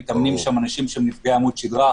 מתאמנים שם אנשים שהם נפגעי עמוד שדרה,